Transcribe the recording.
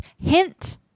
hint